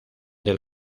del